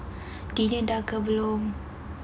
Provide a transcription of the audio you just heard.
dingin dah ke belum